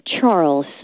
Charles